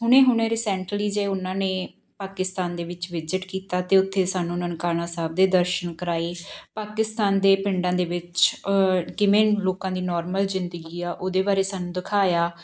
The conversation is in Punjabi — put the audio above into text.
ਹੁਣੇ ਹੁਣੇ ਰੀਸੈਂਟਲੀ ਜਿਹੇ ਉਹਨਾਂ ਨੇ ਪਾਕਿਸਤਾਨ ਦੇ ਵਿੱਚ ਵਿਜਿਟ ਕੀਤਾ ਅਤੇ ਉੱਥੇ ਸਾਨੂੰ ਨਨਕਾਣਾ ਸਾਹਿਬ ਦੇ ਦਰਸ਼ਨ ਕਰਵਾਏ ਪਾਕਿਸਤਾਨ ਦੇ ਪਿੰਡਾਂ ਦੇ ਵਿੱਚ ਕਿਵੇਂ ਲੋਕਾਂ ਦੀ ਨੋਰਮਲ ਜਿੰਦਗੀ ਆ ਉਹਦੇ ਬਾਰੇ ਸਾਨੂੰ ਦਿਖਾਇਆ